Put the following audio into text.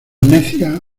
necias